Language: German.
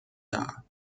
dar